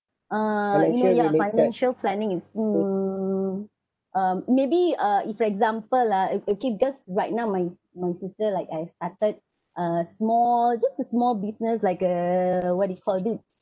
uh you know ya financial planning is mm uh maybe uh if for example ah if actually because right now my my sister like uh started a small just a small business like uh what do you called it